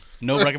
No